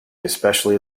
especially